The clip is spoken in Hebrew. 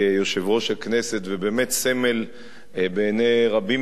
כיושב-ראש הכנסת ובאמת סמל בעיני רבים